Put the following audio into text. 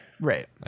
Right